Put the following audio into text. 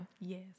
Yes